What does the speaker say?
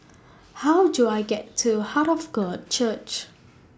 How Do I get to Heart of God Church